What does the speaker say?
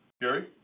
Gary